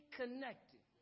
connected